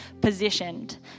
positioned